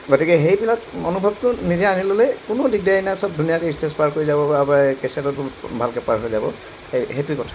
গতিকে সেইবিলাক মনোভাৱটো নিজে আনি ল'লে কোনো দিগদাৰি নাই চব ধুনীয়াকৈ ষ্টে'জ পাৰ কৰি যাব বা এই কেছেটতো ভালকৈ পাৰ হৈ যাব সেই সেইটোৱে কথা